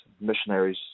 missionaries